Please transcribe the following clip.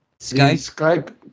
Skype